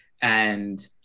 and-